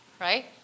right